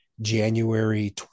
January